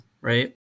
right